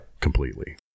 completely